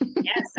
Yes